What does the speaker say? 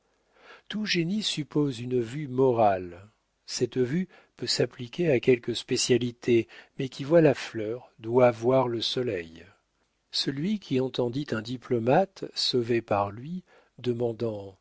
tout génie suppose une vue morale cette vue peut s'appliquer à quelque spécialité mais qui voit la fleur doit voir le soleil celui qui entendit un diplomate sauvé par lui demandant